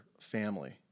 family